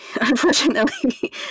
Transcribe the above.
unfortunately